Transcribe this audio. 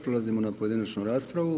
Prelazimo na pojedinačnu raspravu.